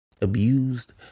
abused